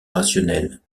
rationnel